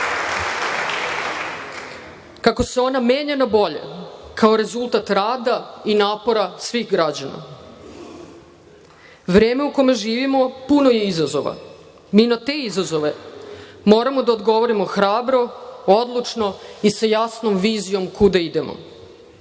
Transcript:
kako se ona menja na bolje kao rezultat rada i napora svih građana. Vreme u kome živimo puno je izazova. Mi na te izazove moramo da odgovorimo hrabro, odlučno i sa jasnom vizijom kuda idemo. Želim